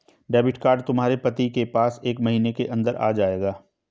debit card तुम्हारे पति के पास एक महीने के अंदर आ जाएगा